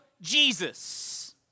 Jesus